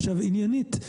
עניינית,